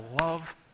love